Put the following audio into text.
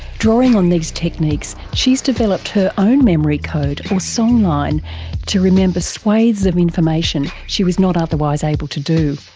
drawing on these techniques she's developed her own memory code or songline to remember swathes of information she was not otherwise able to do.